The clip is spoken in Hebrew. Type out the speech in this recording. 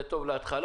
זה טוב להתחלה.